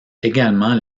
également